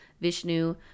Vishnu